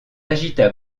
agita